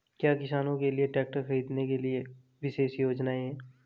क्या किसानों के लिए ट्रैक्टर खरीदने के लिए विशेष योजनाएं हैं?